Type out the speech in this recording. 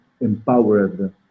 empowered